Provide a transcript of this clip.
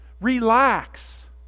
Relax